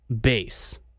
base